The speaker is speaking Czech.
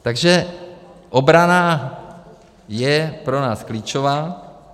Takže obrana je pro nás klíčová.